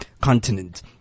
continent